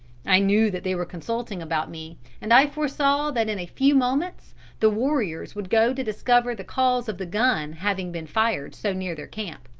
i knew that they were consulting about me, and i foresaw that in a few moments the warriors would go to discover the cause of the gun having been fired so near their camp.